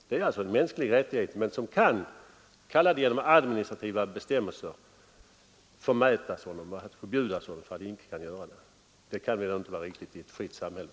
Det är en mänsklig rättighet som dock, genom s.k. administrativa bestämmelser, kan förvägras enskild idrottsutövare. Det kan inte vara riktigt i ett fritt samhälle.